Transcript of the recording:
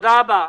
תודה רבה.